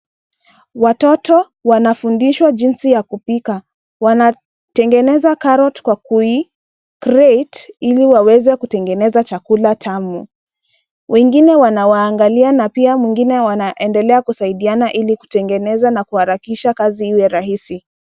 Watoto wanafundishwa jinsi ya kupika, wanatengeneza carrot kwa kugrade ili waweze kutenegeneza chakula tamu, wengine anawaangalia na pia wengine wanaendelea kusaidiana ili kutenegeza na kuharikisha kazi hio rahisi.